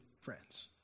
friends